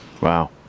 Wow